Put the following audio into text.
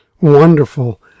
Wonderful